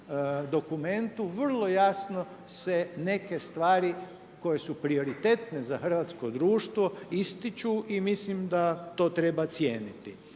dokumentu vrlo jasno se neke stvari koje su prioritetne za hrvatsko društvo ističu i mislim da to treba cijeniti.